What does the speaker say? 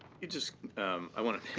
you just i want to